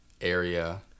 area